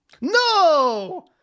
No